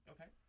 okay